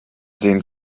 sehen